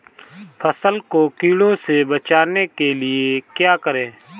फसल को कीड़ों से बचाने के लिए क्या करें?